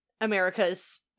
America's